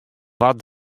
wat